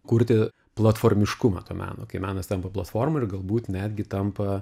kurti platformiškumą to meno kai menas tampa platforma ir galbūt netgi tampa